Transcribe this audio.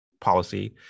policy